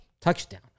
touchdown